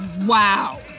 wow